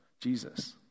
Jesus